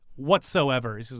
whatsoever